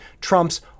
trumps